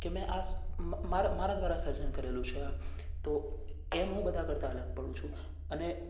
કે મે આ મારા મારા દ્વારા સર્જન કરેલું છે તો એમ હું બધા કરતાં અલગ પડું છું અને